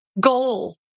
goal